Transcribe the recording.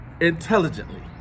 intelligently